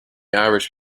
irish